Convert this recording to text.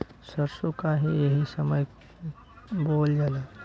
सरसो काहे एही समय बोवल जाला?